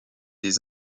des